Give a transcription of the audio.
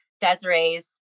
Desiree's